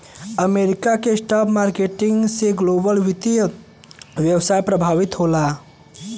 America के stock market से global वित्तीय व्यवस्था प्रभावित होला